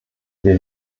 wir